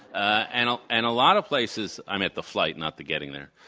and ah and a lot of places i meant the flight, not the getting there